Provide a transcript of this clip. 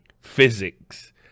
physics